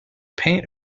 paint